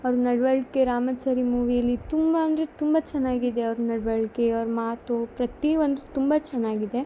ಅವ್ರ ನಡವಳಿಕೆ ರಾಮಾಚಾರಿ ಮೂವಿಯಲ್ಲಿ ತುಂಬಾ ಅಂದರೆ ತುಂಬ ಚೆನ್ನಾಗಿದೆ ಅವ್ರ ನಡವಳಿಕೆ ಅವ್ರ ಮಾತು ಪ್ರತಿಯೊಂದು ತುಂಬ ಚೆನ್ನಾಗಿದೆ